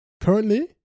currently